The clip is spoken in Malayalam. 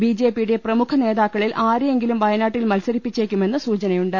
ബിജെപിയുടെ പ്രമുഖ നേതാക്കളിൽ ആരെയെങ്കിലും വയനാട്ടിൽ മത്സരിപ്പിച്ചേക്കുമെന്ന് സൂചനയുണ്ട്